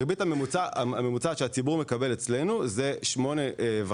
הריבית הממוצעת שהציבור מקבל אצלנו היא 8.5%,